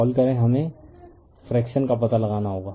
call करें हमें fraction का पता लगाना होगा